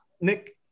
Nick